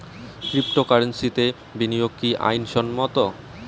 ক্রিপ্টোকারেন্সিতে বিনিয়োগ কি আইন সম্মত?